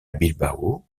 bilbao